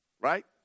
Right